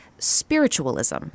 Spiritualism